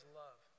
love